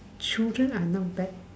children I know back